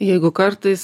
jeigu kartais